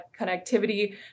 connectivity